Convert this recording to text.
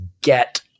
get